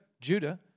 Judah